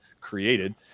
created